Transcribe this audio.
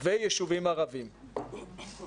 יש פה